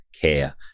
care